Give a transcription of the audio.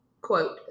Quote